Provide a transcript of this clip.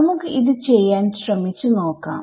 നമുക്ക് അത് ചെയ്യാൻ ശ്രമിച്ചു നോക്കാം